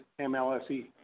MLSE